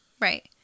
right